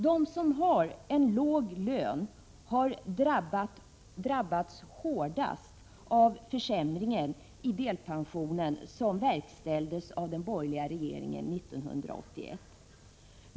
De som har en låg lön har drabbats hårdast av den försämring i delpensionen som verkställdes av den borgerliga regeringen 1981.